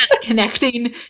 connecting